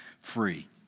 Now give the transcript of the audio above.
free